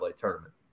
tournament